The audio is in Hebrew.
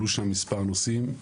עלו שם מספר נושאים.